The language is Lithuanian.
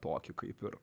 tokį kaip ir